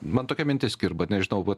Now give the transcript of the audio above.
man tokia mintis kirba nežinau vat